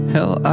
Hell